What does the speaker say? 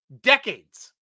Decades